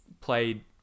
played